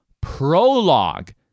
prologue